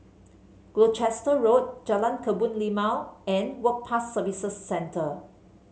Gloucester Road Jalan Kebun Limau and Work Pass Services Centre